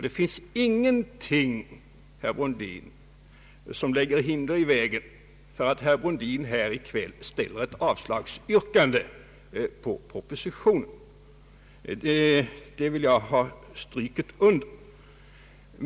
Det finns ingenting, herr Brundin, som lägger hinder i vägen för herr Brundin att här i kväll ställa ett avslagsyrkande på propositionen — det vill jag ha understruket.